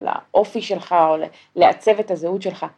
‫לאופי שלך או לעצב את הזהות שלך.